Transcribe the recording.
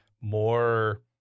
more